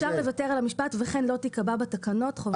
אפשר לוותר על המשפט "וכן לא תיקבע בתקנות חובת...".